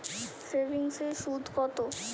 সেভিংসে সুদ কত?